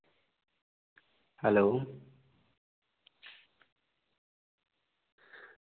hello